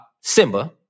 Simba